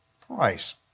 price